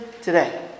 today